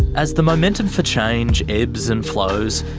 as the momentum for change ebbs and flows,